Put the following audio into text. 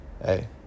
hey